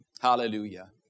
Hallelujah